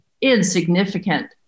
insignificant